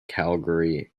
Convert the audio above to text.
calgary